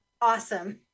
Awesome